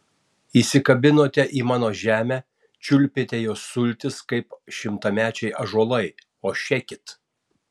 įsikabinote į mano žemę čiulpėte jos sultis kaip šimtamečiai ąžuolai o šekit